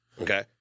okay